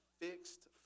fixed